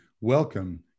welcome